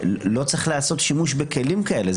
לא צריך לעשות שימוש בכלים כאלה.